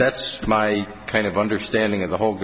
that's my kind of understanding of the whole